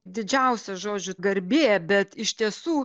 didžiausia žodžiu garbė bet iš tiesų